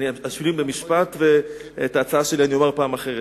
אני אשלים במשפט, ואת ההצעה שלי אומר בפעם אחרת.